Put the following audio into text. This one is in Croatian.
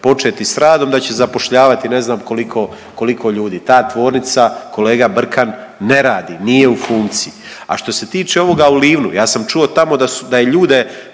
početi s radom, da će zapošljavati ne znam koliko ljudi. Ta tvornica kolega Brkan ne radi, nije u funkciji. A što se tiče ovoga u Livnu, ja sam čuo tamo da je ljude